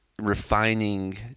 refining